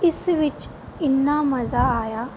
ਇਸ ਵਿੱਚ ਇੰਨਾ ਮਜ਼ਾ ਆਇਆ